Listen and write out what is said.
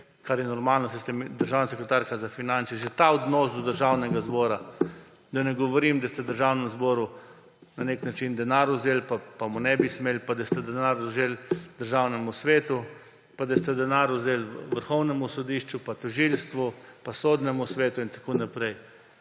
kar je normalno, saj ste državna sekretarka za finance. Že ta odnos do Državnega zbora, da ne govorim, da ste Državnemu zboru na nek način vzeli denar, pa mu ga ne bi smeli, pa da ste denar vzeli Državnemu svetu pa da ste denar vzeli Vrhovnemu sodišču pa Tožilstvu pa Sodnemu svetu in tako naprej.